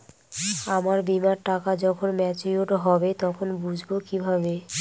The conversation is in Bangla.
আমার বীমার টাকা যখন মেচিওড হবে তখন বুঝবো কিভাবে?